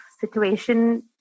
situation